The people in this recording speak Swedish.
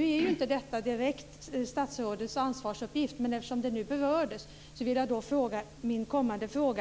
Detta tillhör inte direkt statsrådets ansvarsområde, men eftersom det berördes vill jag